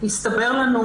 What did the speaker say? הסתבר לנו,